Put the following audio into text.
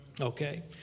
Okay